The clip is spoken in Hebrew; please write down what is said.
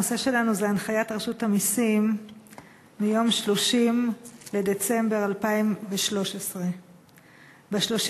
הנושא שלנו זה הנחיית רשות המסים מיום 30 בדצמבר 2013. ב-30